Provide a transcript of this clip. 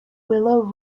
willow